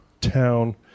town